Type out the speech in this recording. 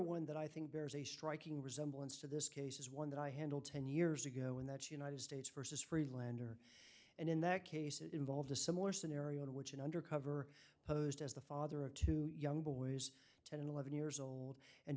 one that i think bears a striking resemblance to this case is one that i handled ten years ago in that united states versus freelander and in that case it involved a similar scenario in which an undercover posed as the father of two young boys ten and eleven years old and